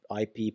ip